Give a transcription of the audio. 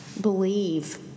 believe